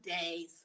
days